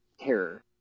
terror